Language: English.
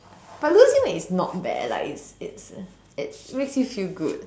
but looking back it's not bad like it's it's it makes me feel good